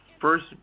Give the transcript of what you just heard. First